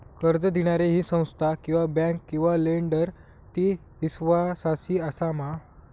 कर्ज दिणारी ही संस्था किवा बँक किवा लेंडर ती इस्वासाची आसा मा?